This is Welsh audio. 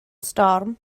storm